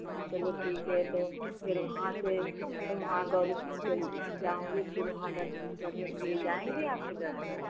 हाँ चलो ठीक है तो फिर वहाँ से फिर वहाँ गौरीशंकर जाऊँगी फिर वहाँ दर्शन करने के लिए जाएँगे आपके ड्राइवर